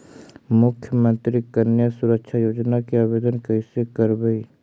मुख्यमंत्री कन्या सुरक्षा योजना के आवेदन कैसे करबइ?